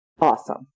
awesome